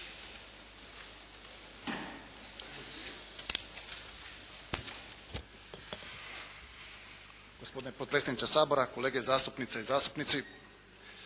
Hvala.